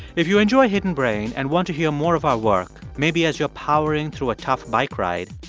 if you enjoy hidden brain and want to hear more of our work, maybe as you're powering through a tough bike ride,